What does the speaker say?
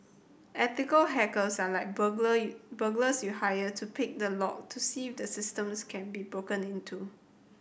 ethical hackers are like burglar burglars you hire to pick the lock to see if the systems can be broken into